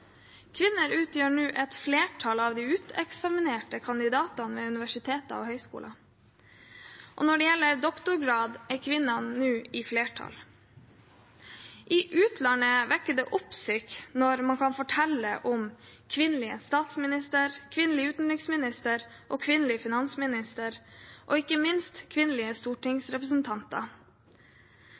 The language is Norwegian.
Kvinner utgjør nå et flertall av de uteksaminerte kandidatene ved universiteter og høyskoler, og når det gjelder doktorgrad, er kvinnene nå i flertall. I utlandet vekker det oppsikt når man kan fortelle om kvinnelig statsminister, kvinnelig utenriksminister og kvinnelig finansminister – og ikke minst kvinnelige stortingsrepresentanter.